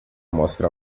mostra